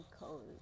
cold